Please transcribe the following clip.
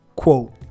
Quote